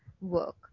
work